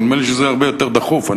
נדמה לי שזה הרבה יותר דחוף.